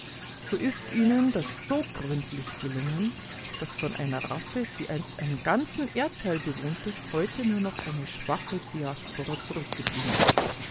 so ist ihnen das so gründlich gelungen daß von einer rasse die einst einen ganzen erdteil bewohnte heute nur noch eine schwache diaspora zurückgeblieben ist